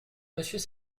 monsieur